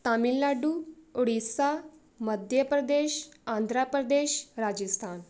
Tamil Nadu Orissa Madhya Pradesh Andhra Pradesh Rajasthan